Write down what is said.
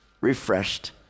Refreshed